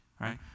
right